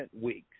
Weeks